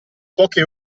poche